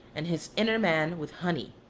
and his inner man with honey.